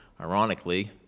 ironically